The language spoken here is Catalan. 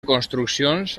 construccions